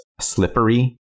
slippery